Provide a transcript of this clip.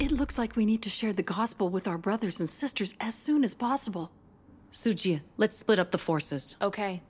it looks like we need to share the gospel with our brothers and sisters as soon as possible let's split up the forces ok